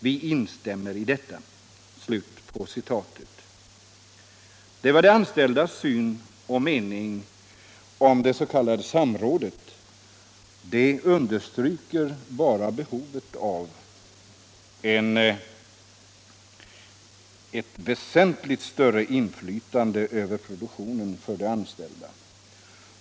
Vi instämmer i detta.” Det var de anställdas syn på och mening om det s.k. samrådet. Det understryker bara behovet av ett väsentligt större inflytande för de anställda över produktionen.